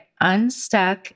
unstuck